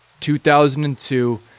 2002